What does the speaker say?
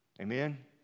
Amen